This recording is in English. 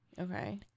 Okay